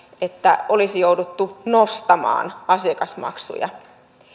että olisi jouduttu nostamaan asiakasmaksuja